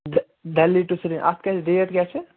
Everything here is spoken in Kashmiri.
دےٚ دہلی ٹُہ سری اَتھ کیٛاہ چھِ ڈیٹ کیٛاہ چھِ